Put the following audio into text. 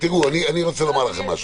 אחרים שקיימים ויש להרחיב אותם.